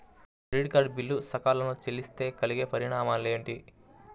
Credit card bill సకాలంలో చెల్లిస్తే కలిగే పరిణామాలేమిటి?